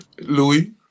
Louis